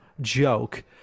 joke